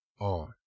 on